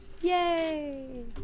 yay